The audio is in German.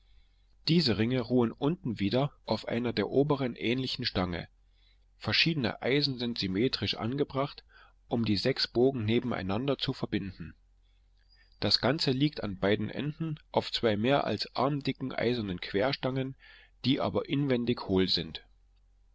diese ringe ruhen unten wieder auf einer der oberen ähnlichen stange verschiedene eisen sind symmetrisch angebracht um die sechs bogen nebeneinander zu verbinden das ganze liegt an beiden enden auf zwei mehr als armdicken eisernen querstangen die aber inwendig hohl sind